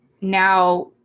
now